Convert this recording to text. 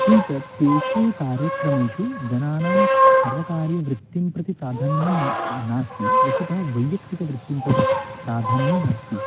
किञ्च तेषु कार्यक्रमेषु जनानां सर्वकार्यवृत्तिं प्रति प्राधान्यं न नास्ति वस्तुतः वैयक्तिकवृत्तिं प्रति प्राधान्यम् अस्ति